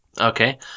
Okay